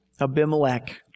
Abimelech